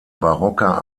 barocker